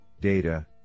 data